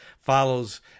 follows